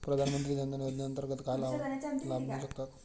प्रधानमंत्री जनधन योजनेअंतर्गत काय लाभ मिळू शकतात?